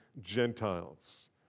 Gentiles